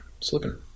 Slipping